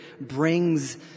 brings